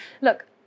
look